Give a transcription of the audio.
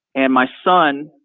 and my son,